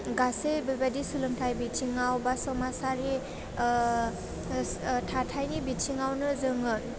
गासै बेबायदि सोलोंथाइ बिथिङाव बा समाजारि थाथायनि बिथिङावनो जोङो